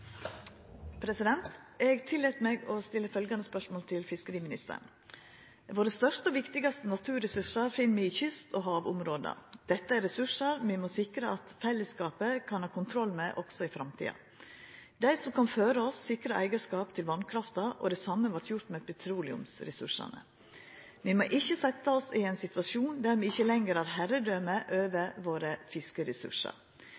kyst- og havområda. Dette er ressursar me må sikra at fellesskapet kan ha kontroll med også i framtida. Dei som kom føre oss sikra eigarskap til vannkrafta, og det same vart gjort med petroleumsressursane. Me må ikkje sette oss i ein situasjon der me ikkje lenger har herredøme